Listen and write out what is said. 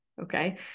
okay